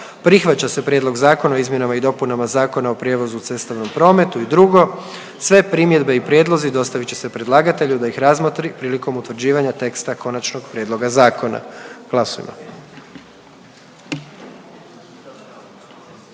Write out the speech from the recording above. Prihvaća se Prijedlog Zakona o dostavi sudskih pismena; i 2. Sve primjedbe i prijedlozi dostavit će se predlagatelju da ih razmotri prilikom utvrđivanja teksta konačnog prijedloga zakona. Molim glasujmo.